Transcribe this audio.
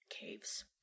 caves